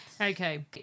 okay